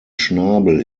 schnabel